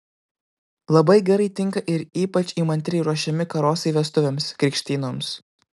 labai gerai tinka ir ypač įmantriai ruošiami karosai vestuvėms krikštynoms